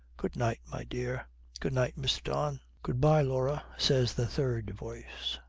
good-night, my dear good-night, mr. don good-bye, laura says the third voice.